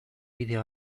bideo